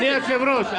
אדוני היושב-ראש,